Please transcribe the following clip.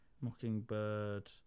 Mockingbird